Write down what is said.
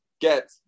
get